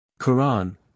Quran